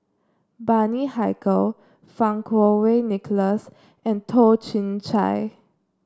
Bani Haykal Fang Kuo Wei Nicholas and Toh Chin Chye